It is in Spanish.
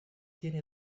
tiene